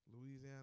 Louisiana